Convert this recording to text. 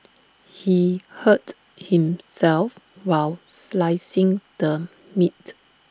he hurt himself while slicing the meat